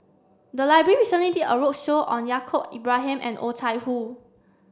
the library recently did a roadshow on Yaacob Ibrahim and Oh Chai Hoo